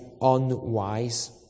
unwise